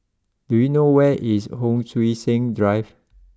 do you know where is Hon Sui Sen Drive